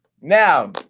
Now